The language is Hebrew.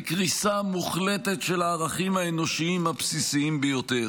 היא קריסה מוחלטת של הערכים האנושיים הבסיסיים ביותר.